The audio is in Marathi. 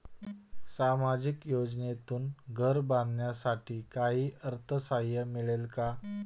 सामाजिक योजनेतून घर बांधण्यासाठी काही अर्थसहाय्य मिळेल का?